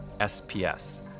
SPS